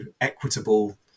equitable